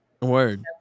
Word